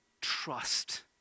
trust